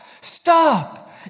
stop